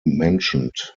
mentioned